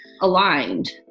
aligned